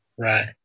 Right